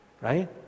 right